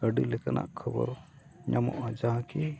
ᱟᱹᱰᱤ ᱞᱮᱠᱟᱱᱟᱜ ᱠᱷᱚᱵᱚᱨ ᱧᱟᱢᱚᱜᱼᱟ ᱡᱟᱦᱟᱸ ᱠᱤ